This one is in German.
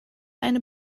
eine